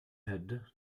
head